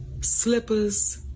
slippers